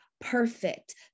perfect